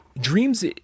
dreams